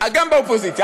גם באופוזיציה.